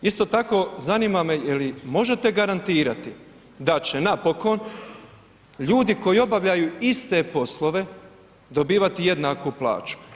Isto tako zanima me, jeli možete garantirati da će napokon ljudi koji obavljaju iste poslove dobivati jednaku plaću?